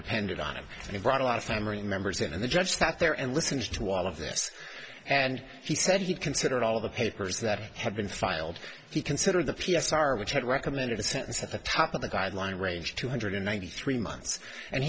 depended on him and he brought a lot of family members in and the judge got there and listened to all of this and he said he considered all of the papers that he had been filed he considered the p s r which had recommended a sentence at the top of the guideline range two hundred ninety three months and